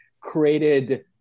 created